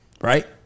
Right